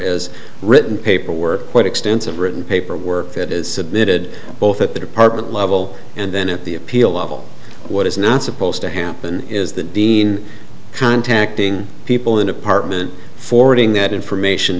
is written paperwork quite extensive written paperwork that is submitted both at the department level and then at the appeal level what is not supposed to happen is the dean contacting people in department forwarding that information